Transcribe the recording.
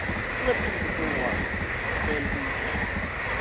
slipped through the door when we integrated.